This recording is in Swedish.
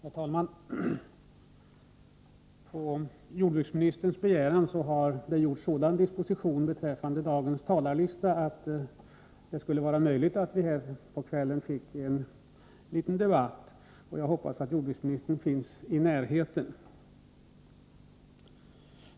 Herr talman! På jordbruksministerns begäran har sådan disposition av dagens talarlista gjorts att det skulle möjliggöra för oss att få en liten debatt med jordbruksministern. Jordbruksministern har emellertid ännu inte anlänt till kammaren, men jag hoppas att han finns i närheten.